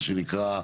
מה שנקרא,